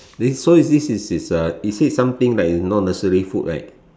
this so this this is uh you said something like you know nursery food right